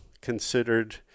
considered